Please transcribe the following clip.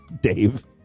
Dave